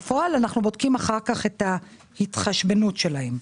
בפועל אנחנו בודקים אחר כך את ההתחשבנות אתם.